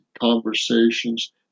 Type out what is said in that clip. conversations